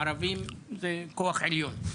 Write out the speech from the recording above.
אצל ערבים זה כוח עליון.